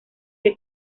que